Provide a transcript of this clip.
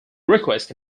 requests